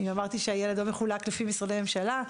אמרתי שילד לא מחולק לפי משרדי ממשלה,